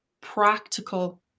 practical